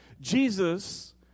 Jesus